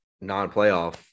non-playoff